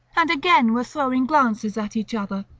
and again were throwing glances at each other,